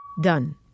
Done